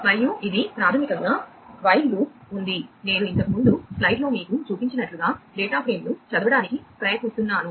మరియు ఇది ప్రాథమికంగా వైల్ లూప్ ఉంది నేను ఇంతకు ముందు స్లైడ్లో మీకు చూపించినట్లుగా డేటా ఫ్రేమ్ను చదవడానికి ప్రయత్నిస్తున్నాను